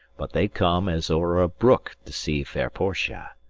but they come as o'er a brook to see fair portia.